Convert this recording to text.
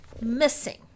missing